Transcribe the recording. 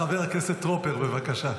חבר הכנסת טרופר, בבקשה.